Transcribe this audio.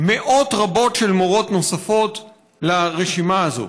מאות רבות של מורות נוספות לרשימה הזו.